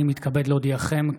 אני מתכבד להודיעכם,